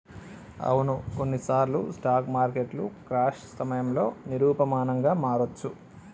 అవును కొన్నిసార్లు స్టాక్ మార్కెట్లు క్రాష్ సమయంలో నిరూపమానంగా మారొచ్చు